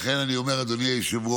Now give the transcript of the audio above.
לכן אני אומר, אדוני היושב-ראש,